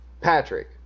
Patrick